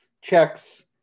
checks